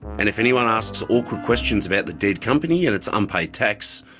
and if anyone asks awkward questions about the dead company and its unpaid tax,